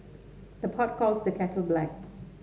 the pot calls the kettle black